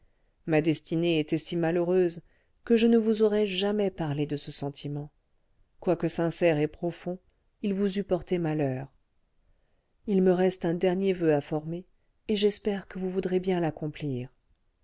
ma destinée était si malheureuse que je ne vous aurais jamais parlé de ce sentiment quoique sincère et profond il vous eût porté malheur il me reste un dernier voeu à former et j'espère que vous voudrez bien l'accomplir